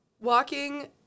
walking